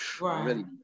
Right